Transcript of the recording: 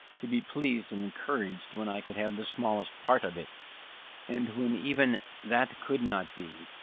to be pleased and encouraged when i could have the smallest part of it and when even that could not be,